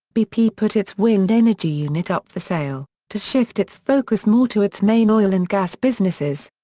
bp put its wind energy unit up for sale, to shift its focus more to its main oil and gas businesses.